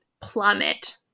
plummet